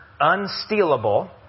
unstealable